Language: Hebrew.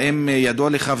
האם ידוע לך?